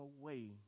away